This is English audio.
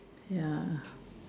ya